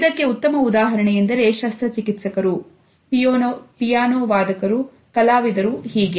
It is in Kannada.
ಇದಕ್ಕೆ ಉತ್ತಮ ಉದಾಹರಣೆ ಎಂದರೆ ಶಸ್ತ್ರಚಿಕಿತ್ಸಕರು ಪಿಯಾನೋ ವಾದಕರು ಕಲಾವಿದರು ಹೀಗೆ